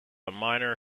minor